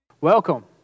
Welcome